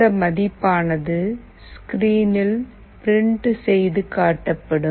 இந்த மதிப்பானது ஸ்கிரீனில் பிரிண்ட் செய்து காட்டப்படும்